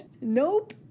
Nope